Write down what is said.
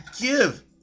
give